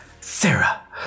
Sarah